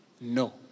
No